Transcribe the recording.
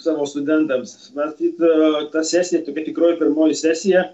savo studentams svarstyta sesija tokia tikroji pirmoji sesija